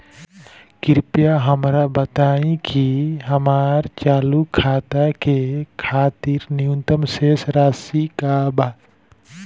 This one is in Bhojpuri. कृपया हमरा बताइ कि हमार चालू खाता के खातिर न्यूनतम शेष राशि का बा